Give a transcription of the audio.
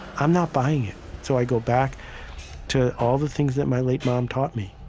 i'm not buying it so i go back to all the things that my late mom taught me.